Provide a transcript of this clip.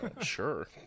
Sure